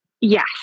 Yes